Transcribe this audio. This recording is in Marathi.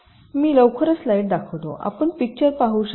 मी लवकरच स्लाईड दाखवते आपण पिक्चरपाहू शकता